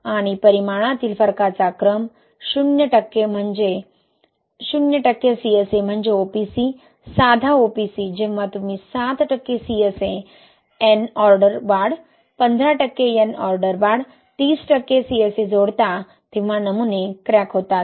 आणि परिमाणातील फरकाचा क्रम 0 टक्के CSA म्हणजे OPC साधा OPC जेव्हा तुम्ही 7 टक्के CSA n ऑर्डर वाढ 15 टक्के n ऑर्डर वाढ 30 टक्के CSA जोडता तेव्हा नमुने क्रॅक होतात